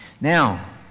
Now